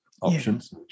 options